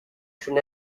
should